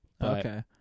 Okay